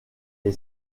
est